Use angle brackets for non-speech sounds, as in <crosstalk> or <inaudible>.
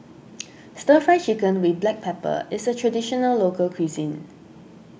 <noise> Stir Fry Chicken with Black Pepper is a Traditional Local Cuisine